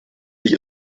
sich